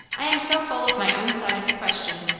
i am so full of my own side of the question,